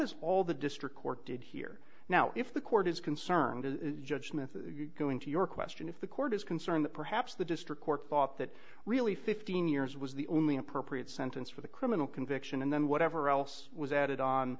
is all the district court did here now if the court is concerned the judgments go into your question if the court is concerned that perhaps the district court thought that really fifteen years was the only appropriate sentence for the criminal conviction and then whatever else was added on